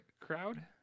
crowd